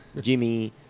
Jimmy